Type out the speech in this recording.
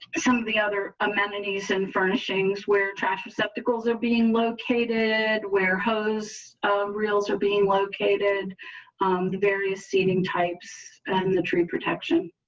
some of the other amenities and furnishings were trash receptacles of being located where hose reels are being located the various seating types and the tree protection.